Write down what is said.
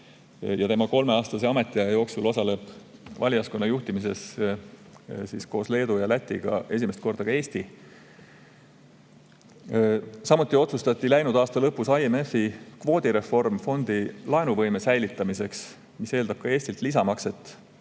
Tema kolmeaastase ametiaja jooksul osaleb valijaskonna juhtimises koos Leedu ja Lätiga esimest korda ka Eesti. Samuti otsustati läinud aasta lõpus IMF‑i kvoodireform fondi laenuvõime säilitamiseks, mis eeldab ka Eestilt lisamakset,